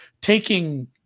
taking